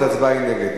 אז ההצבעה היא נגד.